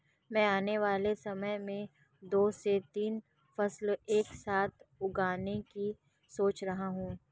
मैं आने वाले समय में दो से तीन फसल एक साथ उगाने की सोच रहा हूं